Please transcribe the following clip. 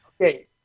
okay